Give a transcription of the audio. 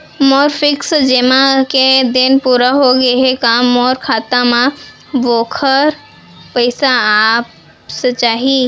मोर fix जेमा के दिन पूरा होगे हे का मोर खाता म वोखर पइसा आप जाही?